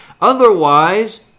Otherwise